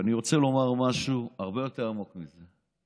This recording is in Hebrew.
ואני רוצה לומר משהו הרבה יותר עמוק מזה: